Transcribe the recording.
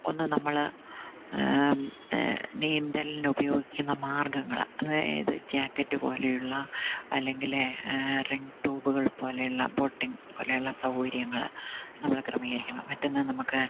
ഒന്ന് നമ്മൾ നീന്തലിനുപയോഗിക്കുന്ന മാർഗ്ഗങ്ങൾ അതായത് ജാക്കറ്റ് പോലെയുള്ള അല്ലെങ്കിൽ റിങ്ങ് ട്യൂബുകൾ പോലെയുള്ള ബോട്ടിങ്ങ് പോലെയുള്ള സൗകര്യങ്ങൾ നമ്മൾ ക്രമീകരിക്കണം മറ്റൊന്ന് നമുക്ക്